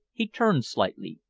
he turned slightly,